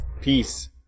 peace